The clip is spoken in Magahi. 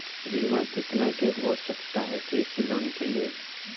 बीमा कितना के हो सकता है कृषि लोन के लिए?